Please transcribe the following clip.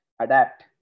adapt